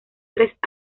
tres